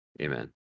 Amen